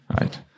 Right